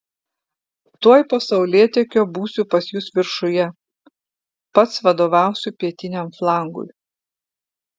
tuoj po saulėtekio būsiu pas jus viršuje pats vadovausiu pietiniam flangui